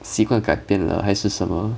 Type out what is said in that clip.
习惯改变了还是什么